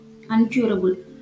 uncurable